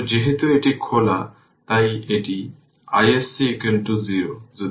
তাহলে সেই ক্ষেত্রে কি হবে এই 2 অ্যাম্পিয়ার কারেন্ট এই ইন্ডাক্টরের মধ্য দিয়ে প্রবাহিত হবে